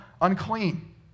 unclean